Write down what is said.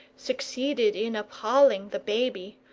succeeded in appalling the baby,